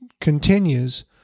continues